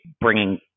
bringing